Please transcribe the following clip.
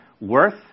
worth